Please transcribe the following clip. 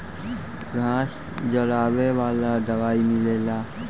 घास जरावे वाला दवाई मिलेला